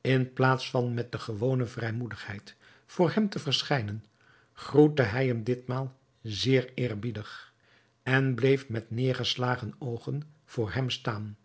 in plaats van met de gewone vrijmoedigheid voor hem te verschijnen groette hij hem ditmaal zeer eerbiedig en bleef met neêrgeslagen oogen voor hem staan